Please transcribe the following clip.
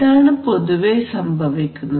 ഇതാണ് പൊതുവേ സംഭവിക്കുന്നത്